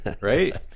right